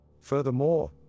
Furthermore